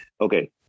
okay